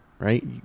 right